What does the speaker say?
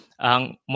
ang